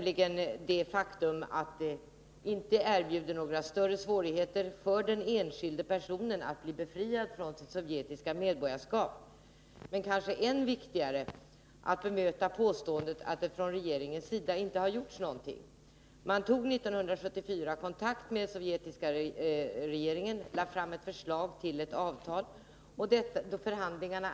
Jag vill då först peka på det faktum att det inte erbjuder några större svårigheter för den enskilde personen att bli befriad från sitt sovjetiska medborgarskap, men det är kanske än viktigare att bemöta påståendet att det från regeringens sida inte har gjorts någonting. Regeringen tog 1974 kontakt med den sovjetiska regeringen och lade fram ett förslag till avtal.